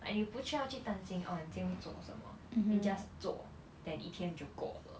like you 不需要去担心:bui xu yao qu dan xin oh 你今天会做什么 then just 做 then 一天就过了